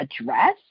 address